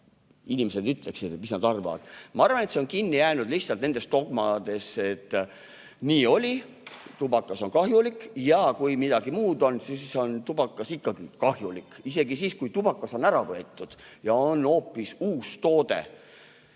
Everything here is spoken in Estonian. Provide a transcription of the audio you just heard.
inimesed ütleksid, mis nad arvavad. Ma arvan, et see on kinni jäänud lihtsalt nendesse dogmadesse, et nii oli, tubakas on kahjulik ja kui midagi muud on, siis on tubakas ikkagi kahjulik. Isegi siis, kui tubakas on ära võetud ja on hoopis uus toode.